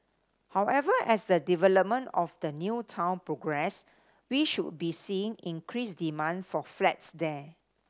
however as the development of the new town progress we should be seeing increased demand for flats there